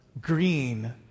green